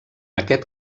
aquest